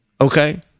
okay